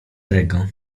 tego